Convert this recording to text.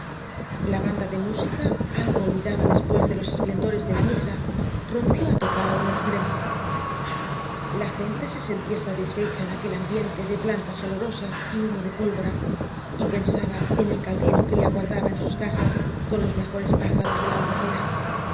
la banda de música algo olvidada después de los esplendores de la misa rompió á tocar á un extremo la gente se sentía satisfecha en aquel ambiente de plantas olorosas y humo de pólvora y pensaba en el caldero que le aguardaba en sus casas con los mejores pájaros de la albufera